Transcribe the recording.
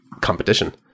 competition